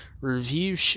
review